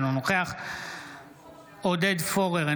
אינו נוכח עודד פורר,